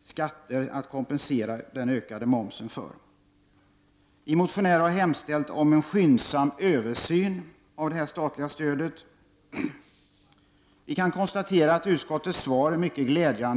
skatter att kompensera den ökade momsen med. Vi motionärer har hemställt om en skyndsam översyn av det här statliga stödet. Vi kan konstatera att utskottets svar är mycket glädjande.